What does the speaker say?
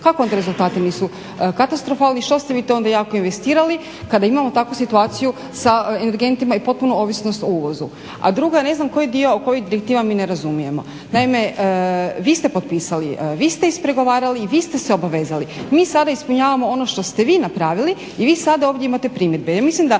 Kako onda rezultati nisu katastrofalni? Što ste onda vi to jako investirali kada imamo takvu situaciju sa energentima i potpunu ovisnost o uvozu. A drugo, ne znam koji dio … mi ne razumijemo. Naime, vi ste potpisali, vi ste ispregovarali i vi ste se obavezali. Mi sada ispunjavamo ono što ste vi napravili i vi sada imate ovdje primjedbe.